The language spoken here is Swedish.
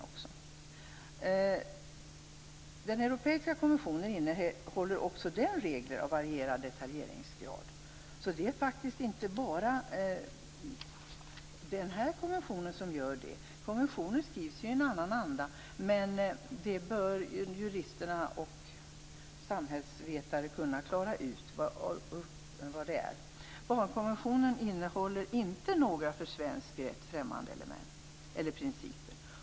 Också den europeiska konventionen innehåller regler av varierad detaljeringsgrad. Det är alltså faktiskt inte bara den här konventionen som gör det. Konventionen skrivs i en annan anda, men jurister och samhällsvetare bör kunna klara ut vad det innebär. Barnkonventionen innehåller inte några för svensk rätt främmande element eller principer.